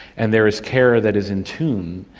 and there is care that is in tune.